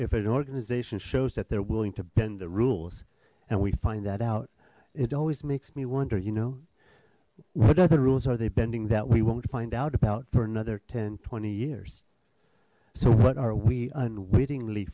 if an organization shows that they're willing to bend the rules and we find that out it always makes me wonder you know what other rules are they bending that we won't find out about for another ten twenty years so what are we unwittingly